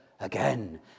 again